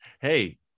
Hey